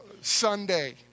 Sunday